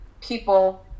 people